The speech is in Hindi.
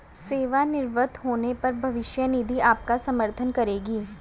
सेवानिवृत्त होने पर भविष्य निधि आपका समर्थन करेगी